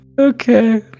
Okay